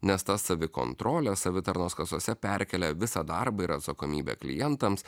nes ta savikontrolė savitarnos kasose perkelia visą darbą ir atsakomybę klientams